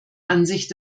ansicht